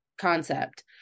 concept